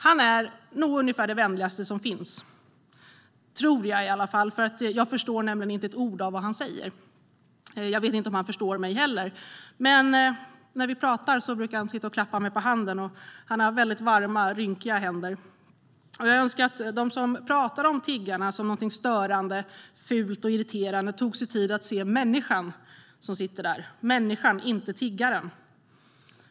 Han är nog det vänligaste som finns. Det tror jag i alla fall, för jag förstår inte ett ord av vad han säger. Jag vet inte om han förstår mig heller, men när vi pratar brukar han sitta och klappa mig på handen. Han har varma, rynkiga händer. Jag önskar att de som pratade om tiggare som något störande, fult och irriterande tog sig tid att se människan som sitter där - människan, inte tiggaren.